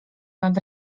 nad